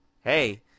hey